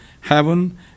heaven